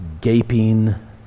gaping